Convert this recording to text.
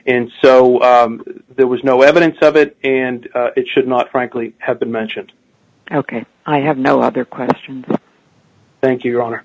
and so there was no evidence of it and it should not frankly have been mentioned ok i have no other questions thank you your honor